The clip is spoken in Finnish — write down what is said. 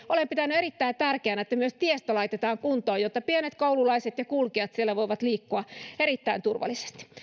olen pitänyt erittäin tärkeänä että myös tiestö laitetaan kuntoon jotta pienet koululaiset ja kulkijat siellä voivat liikkua erittäin turvallisesti